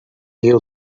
you